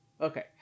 Okay